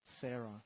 Sarah